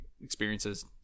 experiences